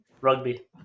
Rugby